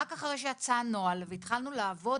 רק אחרי שיצא הנוהל והתחלנו לעבוד,